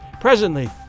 Presently